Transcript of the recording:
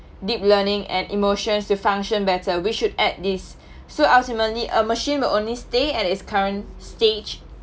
deep learning and emotions to function better we should add this so ultimately a machine will only stay at its current stage